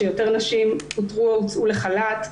שיותר נשים פוטרו או הוצאו לחל"ת,